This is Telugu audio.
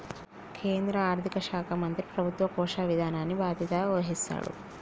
కేంద్ర ఆర్థిక శాఖ మంత్రి ప్రభుత్వ కోశ విధానానికి బాధ్యత వహిస్తాడు